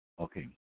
Okay